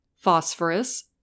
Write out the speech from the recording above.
Phosphorus